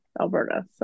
Alberta